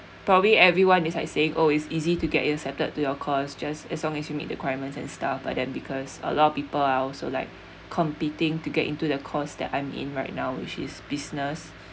probably everyone is like saying oh it's easy to get accepted to your course just as long as you meet requirements and stuff but then because a lot of people are also like competing to get into the course that I'm in right now which is business